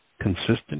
consistent